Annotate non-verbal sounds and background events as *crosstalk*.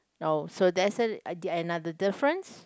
oh so that's *noise* another different